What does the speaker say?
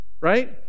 Right